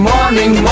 Morning